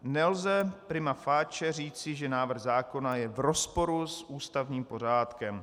Nelze prima facie říci, že návrh zákona je v rozporu s ústavním pořádkem.